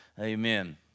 Amen